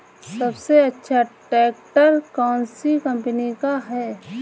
सबसे अच्छा ट्रैक्टर कौन सी कम्पनी का है?